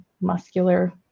muscular